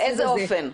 באיזה אופן?